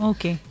Okay